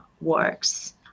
works